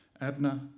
Abner